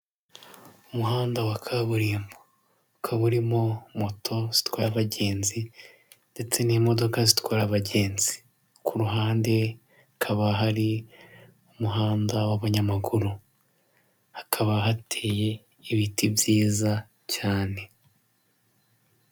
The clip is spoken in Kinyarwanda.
Umuhanda wa kaburimbo. Ukaba urimo moto zitwaye abagenzi, ndetse n'imodoka zitwaye abagenzi. Ku ruhande hakaba hari umuhanda w'abanyamaguru. Hakaba hateye ibiti byiza cyane.